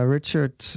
Richard